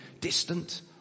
distant